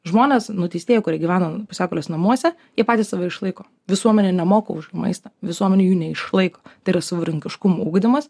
žmonės nuteistieji kurie gyvena pusiaukelės namuose jie patys save išlaiko visuomenė nemoka už jų maistą visuomenė jų neišlaiko tai yra savarankiškumo ugdymas